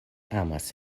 amas